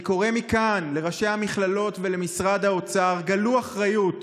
אני קורא מכאן לראשי המכללות ולמשרד האוצר: גלו אחריות,